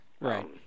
right